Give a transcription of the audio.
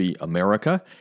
America